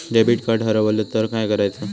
Debit card हरवल तर काय करायच?